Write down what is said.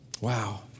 Wow